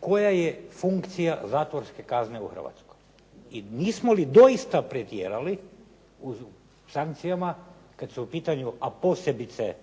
koja je funkcija zatvorske kazne u Hrvatskoj ili nismo li doista pretjerali u sankcijama kad su u pitanju, a posebice